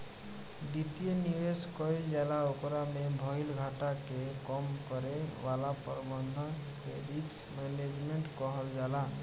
वित्तीय निवेश कईल जाला ओकरा में भईल घाटा के कम करे वाला प्रबंधन के रिस्क मैनजमेंट कहल जाला